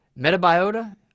Metabiota